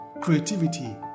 creativity